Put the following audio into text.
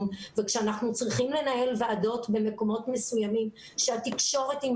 וכשאנחנו צריכים לנהל ועדות במקומות מסוימים שהתקשורת גם